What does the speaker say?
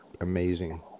amazing